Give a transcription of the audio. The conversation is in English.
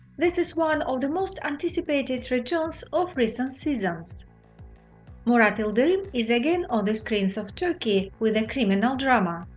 this is one of the most anticipated returns of recent seasons murat yildirim is again on the screens of turkey with a criminal drama.